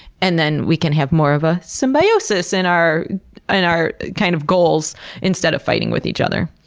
and then we can have more of a symbiosis in our and our kind of goals instead of fighting with each other.